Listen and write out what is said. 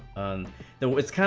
on the list,